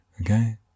Okay